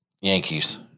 Yankees